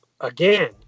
again